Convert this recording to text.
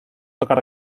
tocar